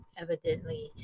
evidently